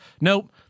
Nope